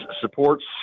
supports